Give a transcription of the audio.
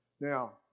Now